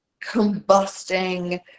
combusting